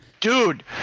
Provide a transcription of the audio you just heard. Dude